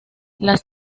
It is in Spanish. las